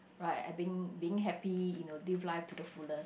right I being being happy you know live life to the fullest